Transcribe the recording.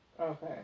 Okay